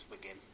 begin